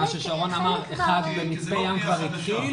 מה ששרון אמר, 'מצפה ים' כבר התחיל.